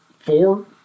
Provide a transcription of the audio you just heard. Four